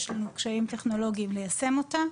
יש לנו קשיים טכנולוגים ליישם אותה,